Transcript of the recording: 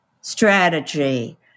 strategy